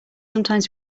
sometimes